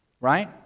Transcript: right